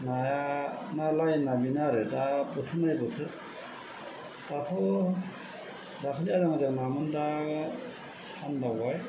नाया ना लाइना बेनो आरो दा बोथोर नायै बोथोर दाथ' दाख्लि आजां गाजां नामोन दा सानदावबाय